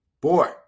Boy